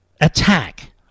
attack